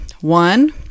One